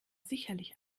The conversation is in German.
sicherlich